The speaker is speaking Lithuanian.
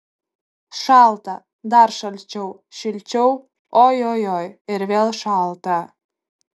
šalta dar šalčiau šilčiau ojojoi ir vėl šalta